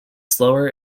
slower